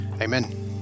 amen